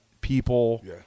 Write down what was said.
people